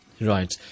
Right